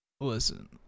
Listen